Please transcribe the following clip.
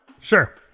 sure